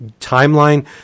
timeline